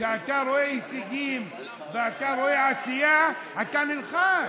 כשאתה רואה הישגים ואתה רואה עשייה אתה נלחץ.